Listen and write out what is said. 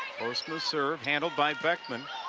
postma serve, handled by beckman.